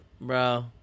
bro